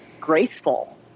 graceful